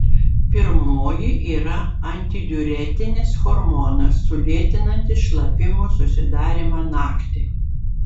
pirmoji yra antidiuretinis hormonas sulėtinantis šlapimo susidarymą naktį